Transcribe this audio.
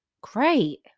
great